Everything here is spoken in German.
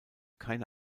keine